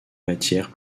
matière